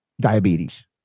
diabetes